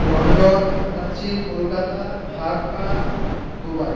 London Karachi Kolkata Dhaka Dubai